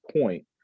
point